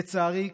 לצערי,